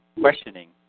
questioning